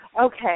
Okay